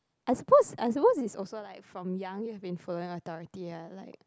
I suppose I suppose is also like from young you have been following authority ah like